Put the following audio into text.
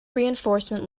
reinforcement